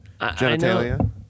Genitalia